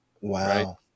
Wow